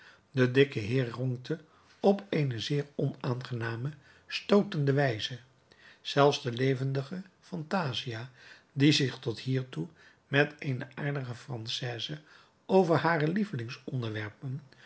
de dikke heer ronkte op eene zeer onaangename stootende wijze zelfs de levendige phantasia die zich tot hiertoe met eene aardige française over hare lievelings onderwerpen